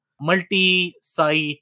multi-site